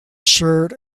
shirt